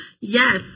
Yes